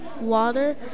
water